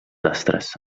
astres